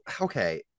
okay